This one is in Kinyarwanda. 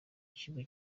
kigo